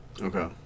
Okay